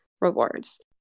rewards